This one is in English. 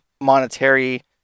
monetary